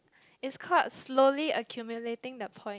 it's called slowly accumulating the point